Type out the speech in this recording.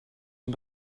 een